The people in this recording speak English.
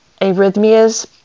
arrhythmias